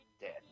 dead